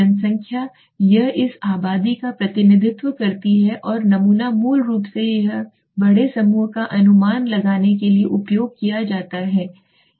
जनसंख्या यह इस आबादी का प्रतिनिधित्व करती है और नमूना मूल रूप से यह बड़े समूह का अनुमान लगाने के लिए उपयोग किया जाता है